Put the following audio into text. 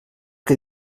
que